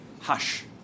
Hush